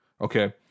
Okay